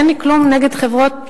אין לי כלום נגד חברות זרות,